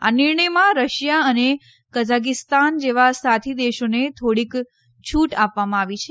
આ નિર્ણયમાં રશિયા અને કઝાગીસ્તાન જેવા સાથી દેશોને થોડીક છૂટ આપવામાં આવી છે